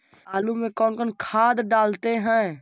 आलू में कौन कौन खाद डालते हैं?